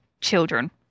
children